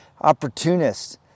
opportunists